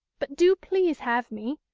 but do please have me.